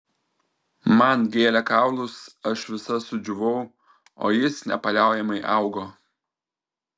man gėlė kaulus aš visa sudžiūvau o jis nepaliaujamai augo